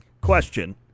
Question